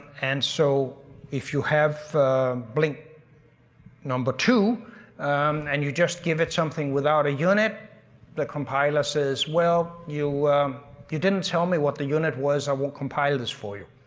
and so if you have blink number two and you just give it something without a unit the compiler says, well. you you didn't tell me what the unit was, so i won't compile this for you,